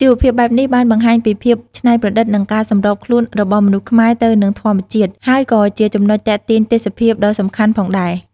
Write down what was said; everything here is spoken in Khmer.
ជីវភាពបែបនេះបានបង្ហាញពីភាពច្នៃប្រឌិត និងការសម្របខ្លួនរបស់មនុស្សខ្មែរទៅនឹងធម្មជាតិ ហើយក៏ជាចំណុចទាក់ទាញទេសចរណ៍ដ៏សំខាន់ផងដែរ។